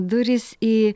durys į